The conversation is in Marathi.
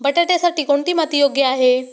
बटाट्यासाठी कोणती माती योग्य आहे?